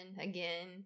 again